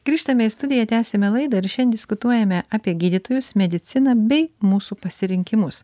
grįžtame į studiją tęsiame laidą ir diskutuojame apie gydytojus mediciną bei mūsų pasirinkimus